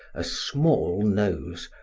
a small nose,